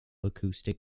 acoustic